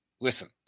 Listen